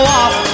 off